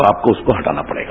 तो आपको उसको हटाना पड़ेगा